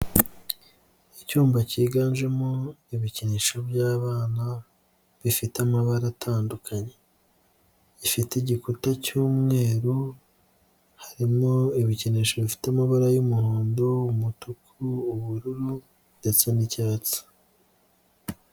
Icyumba cyiganjemo ibikinisho by'abana bifite amabara atandukanye, gifite igikuta cy'umweru, harimo ibikinisho bifite amabara y'umuhondo, umutuku, ubururu ndetse n'icyatsi.